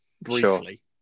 briefly